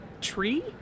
tree